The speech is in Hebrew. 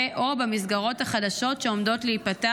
ו/או במסגרות החדשות שעומדות להיפתח?